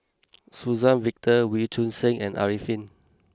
Suzann Victor Wee Choon Seng and Arifin